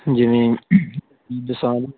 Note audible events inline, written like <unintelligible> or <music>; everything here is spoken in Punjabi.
ਜਿਵੇਂ <unintelligible>